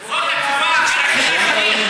הוא עונה מה שהוא רוצה, לא על מה שטיבי שאל.